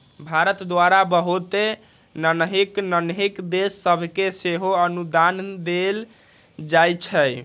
भारत द्वारा बहुते नन्हकि नन्हकि देश सभके सेहो अनुदान देल जाइ छइ